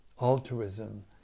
altruism